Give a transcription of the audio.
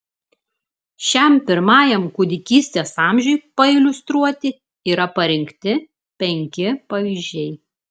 šiam pirmajam kūdikystės amžiui pailiustruoti yra parinkti penki pavyzdžiai